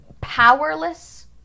powerless